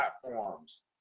platforms